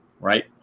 right